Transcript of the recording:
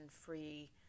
free